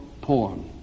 porn